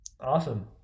Awesome